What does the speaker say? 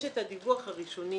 יש את הדיווח הראשוני,